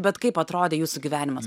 bet kaip atrodė jūsų gyvenimas